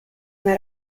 una